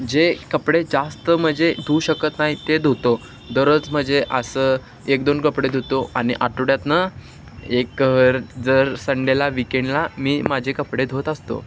जे कपडे जास्त म्हणजे धुवू शकत नाही ते धुतो दररोज म्हणजे असं एक दोन कपडे धुतो आणि आठवड्यातनं एक जर संडेला विकेंडला मी माझे कपडे धुवत असतो